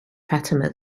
fatima